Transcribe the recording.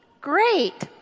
Great